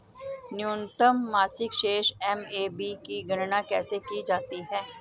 न्यूनतम मासिक शेष एम.ए.बी की गणना कैसे की जाती है?